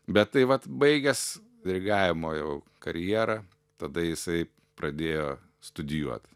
bet tai vat baigęs dirigavimo jau karjerą tada jisai pradėjo studijuot